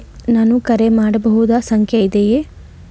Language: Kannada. ನಾನು ಕರೆ ಮಾಡಬಹುದಾದ ಸಂಖ್ಯೆ ಇದೆಯೇ?